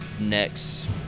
next